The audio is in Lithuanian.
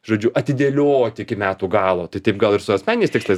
žodžiu atidėliot iki metų galo tai taip gal ir su asmeniniais tikslais